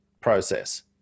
process